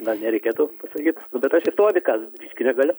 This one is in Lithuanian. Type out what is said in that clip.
gal nereikėtų pasakyt nu bet aš istorikas biškį negaliu